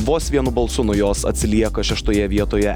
vos vienu balsu nuo jos atsilieka šeštoje vietoje